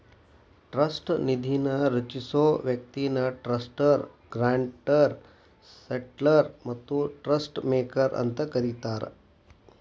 trust ನಿಧಿನ ರಚಿಸೊ ವ್ಯಕ್ತಿನ ಟ್ರಸ್ಟರ್ ಗ್ರಾಂಟರ್ ಸೆಟ್ಲರ್ ಮತ್ತ ಟ್ರಸ್ಟ್ ಮೇಕರ್ ಅಂತ ಕರಿತಾರ